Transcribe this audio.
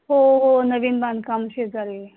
हो हो नवीन बांधकाम शेजारी आहे